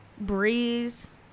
breeze